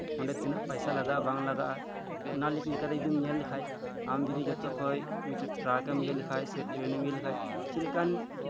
ᱚᱸᱰᱮ ᱛᱤᱱᱟᱹᱜ ᱯᱚᱭᱥᱟ ᱞᱟᱜᱟᱜᱼᱟ ᱵᱟᱝ ᱞᱟᱜᱟᱜᱼᱟ ᱚᱱᱟ ᱞᱮᱠ ᱞᱮᱠᱟᱛᱮ ᱡᱚᱫᱤᱢ ᱧᱮᱞ ᱞᱮᱠᱷᱟᱱ ᱟᱢ ᱡᱚᱫᱤ ᱡᱷᱚᱛᱚ ᱠᱷᱚᱱ ᱢᱤᱫ ᱴᱮᱱ ᱴᱨᱟᱠ ᱮᱢ ᱤᱭᱟᱹ ᱞᱮᱠᱷᱟᱱ ᱥᱮ ᱢᱤᱫ ᱴᱮᱱ ᱴᱮᱨᱮᱱ ᱮᱢ ᱤᱭᱟᱹ ᱞᱮᱠᱷᱟᱱ ᱪᱮᱫ ᱞᱮᱠᱟᱱ